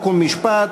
חוק ומשפט